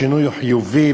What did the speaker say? השינוי הוא חיובי,